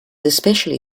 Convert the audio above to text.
especially